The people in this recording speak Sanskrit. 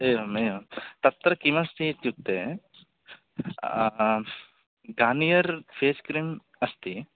एवम् एवं तत्र किमस्ति इत्युक्ते गार्नियर् फ़ेस्क्रीम् अस्ति